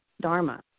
dharma